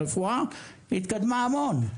הרפואה התקדמה המון,